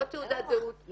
לא תעודת זהות,